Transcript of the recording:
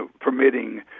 permitting